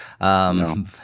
No